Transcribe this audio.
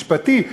משפטי,